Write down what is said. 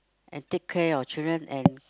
and take care of children and